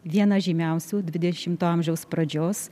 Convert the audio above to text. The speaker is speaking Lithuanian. vieną žymiausių dvidešimto amžiaus pradžios